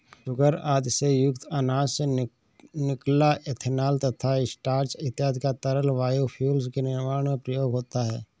sugar आदि से युक्त अनाज से निकला इथेनॉल तथा स्टार्च इत्यादि का तरल बायोफ्यूल के निर्माण में प्रयोग होता है